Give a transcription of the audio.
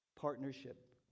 Partnership